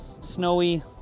snowy